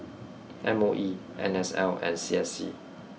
M O E N S L and C S C